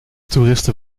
toeristen